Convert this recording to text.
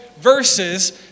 verses